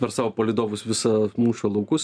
per savo palydovus visą mūšio laukus